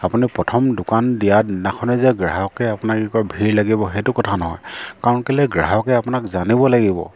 আপুনি প্ৰথম দোকান দিয়াৰ দিনাখনেই যে গ্ৰাহকে আপোনাৰ কি কয় ভিৰ লাগিব সেইটো কথা নহয় কাৰণ কেলৈ গ্ৰাহকে আপোনাক জানিব লাগিব